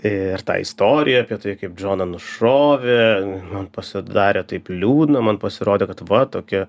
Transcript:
ir ta istorija apie tai kaip džoną nušovė man pasidarė taip liūdna man pasirodė kad va tokia